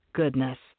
goodness